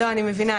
אני מבינה.